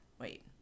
Wait